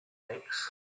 aches